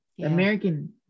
american